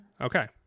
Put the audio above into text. okay